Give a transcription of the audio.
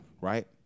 Right